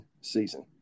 season